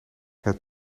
het